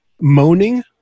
moaning